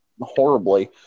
horribly